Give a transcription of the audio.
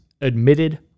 Admitted